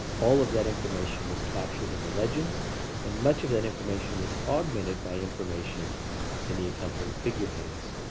all of that information was captured in the legends and much of that information was augmented by information in the accompanying figure headings.